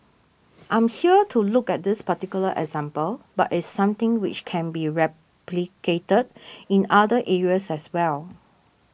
I'm here to look at this particular example but it's something which can be replicated in other areas as well